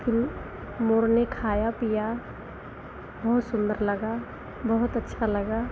फिर मोर ने खाया पिया बहुत सुन्दर लगा बहुत अच्छा लगा